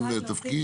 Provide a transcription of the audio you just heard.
שם ותפקיד.